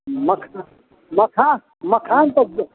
मखान मखान मखान तऽ ज